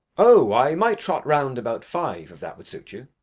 oh, i might trot round about five if that would suit you.